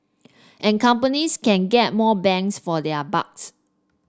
and companies can get more bangs for their bucks